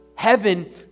Heaven